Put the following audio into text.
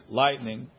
lightning